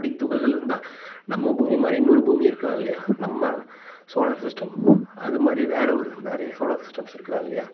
அப்படி துகள்கள் இருந்தால் நம்ம பூமி மாதிரி இன்னொரு பூமி இருக்கலாம் இல்லையா நம்ம சோலார் சிஸ்டம் அது மாதிரி வேறு ஒரு நிறைய சோலார் சிஸ்டம்ஸ் இருக்கலாம் இல்லையா